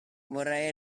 vorrei